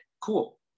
cool